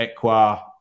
equa